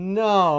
no